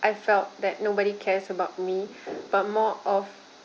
I felt that nobody cares about me but more of